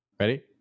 ready